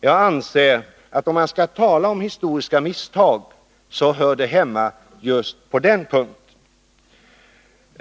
Jag anser att om man skall tala om historiska misstag, så hör det uttrycket hemma just i detta sammanhang.